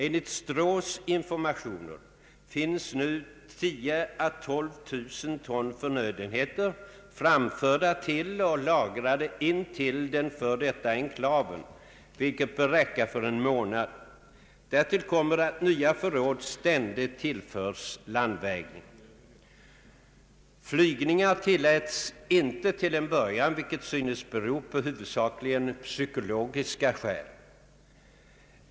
Enligt Strohs informationer finns nu 10 000 å 12 000 ton förnödenheter framförda till och lagrade intill den f. d. enklaven, vilket bör räcka för en månad. Därtill kommer att nya förråd ständigt tillförs landvägen. Flygningar tilläts inte till en början, vilket synes bero på huvudsakligen psykologiska skäl.